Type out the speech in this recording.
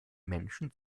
menschen